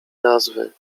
nazwy